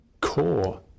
core